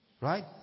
Right